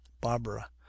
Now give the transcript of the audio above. barbara